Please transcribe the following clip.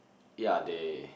ya they